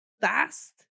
fast